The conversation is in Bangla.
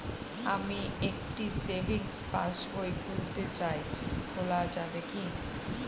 আমি একটি সেভিংস পাসবই খুলতে চাই খোলা যাবে কি?